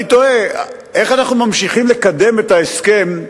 אני תוהה איך אנחנו ממשיכים לקדם את ההסכם,